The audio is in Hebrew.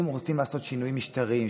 אם רוצים לעשות שינויים משטריים,